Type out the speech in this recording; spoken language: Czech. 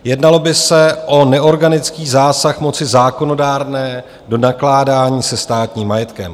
Jednalo by se o neorganický zásah moci zákonodárné do nakládání se státním majetkem.